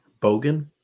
Bogan